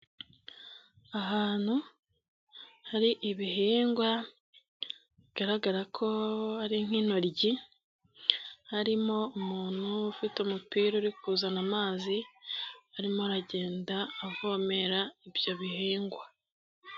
Ahantu hari ibihingwa, bigaragara ko ari nk'inoryi, harimo umuntu ufite umupira uri kuzana amazi, arimo aragenda avomera ibyo bihingwa.